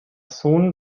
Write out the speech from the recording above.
sohn